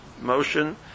motion